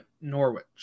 Norwich